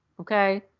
okay